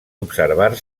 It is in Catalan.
observar